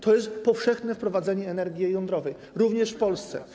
Chodzi o powszechne wprowadzenie energii jądrowej, również w Polsce.